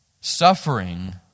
Suffering